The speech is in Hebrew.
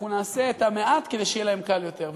אנחנו נעשה את המעט כדי שיהיה להם קל יותר.